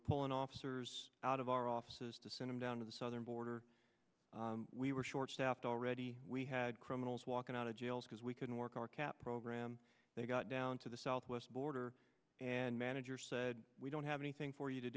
pulling officers out of our offices to send him down to the southern border we were short staffed already we had criminals walking out of jails because we couldn't work our cap program they got down to the southwest border and manager said we don't have anything for you to